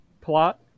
plot